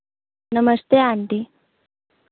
नमस्ते आंटी